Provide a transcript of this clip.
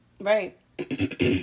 Right